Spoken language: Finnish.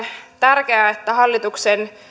tärkeää että